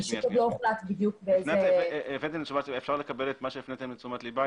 פשוט לא הוחלט בדיוק באיזה --- אפשר לקבל את מה שהפניתם לתשומת לבה,